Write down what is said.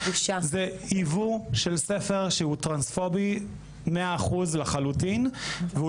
זה ייבוא של ספר טרנספובי לחלוטין והוא